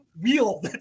wheel